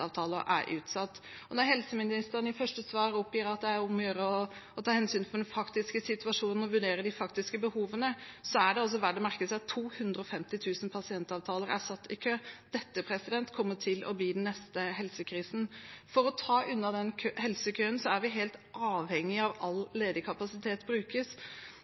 er utsatt. Når helseministeren i sitt første svar oppgir at det er om å gjøre å ta hensyn til den faktiske situasjonen og vurdere de faktiske behovene, er det altså verdt å merke seg at 250 000 pasientavtaler er satt i kø. Dette kommer til å bli den neste helsekrisen. For å ta unna den helsekøen er vi helt avhengige av at all ledig kapasitet brukes,